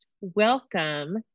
Welcome